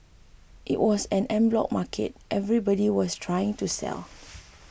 it was an en bloc market everybody was trying to sell